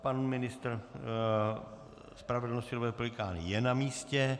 Pan ministr spravedlnosti Robert Pelikán je na místě.